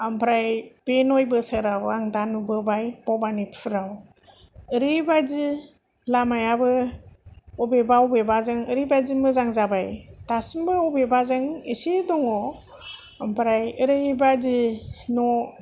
आमफ्राय बे नय बोसोराव आं दा नुबोबाय बबानिफुराव ओरैबादि लामायाबो अबेबा अबेबाजों ओरैबादि मोजां जाबाय दासिमबो अबेबाजों एसे दङ ओमफ्राय ओरैबादि न'